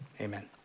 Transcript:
Amen